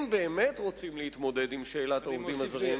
אם באמת רוצים להתמודד עם שאלת העובדים הזרים,